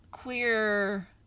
Queer